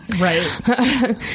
right